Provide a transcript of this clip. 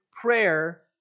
prayer